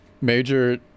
major